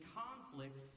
conflict